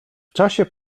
czasie